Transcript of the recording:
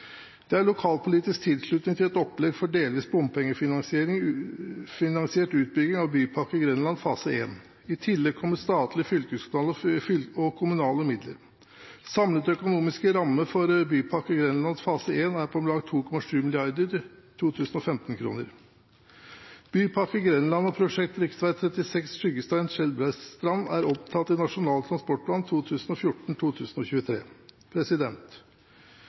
Det er lokalpolitisk tilslutning til et opplegg for delvis bompengefinansiert utbygging av Bypakke Grenland fase 1. I tillegg kommer statlige, fylkeskommunale og kommunale midler. Samlet økonomisk ramme for Bypakke Grenland fase 1 er på om lag 2,7 mrd. 2015-kroner. Bypakke Grenland og prosjektet rv. 36 Skyggestein–Skjelbredstrand er omtalt i Nasjonal transportplan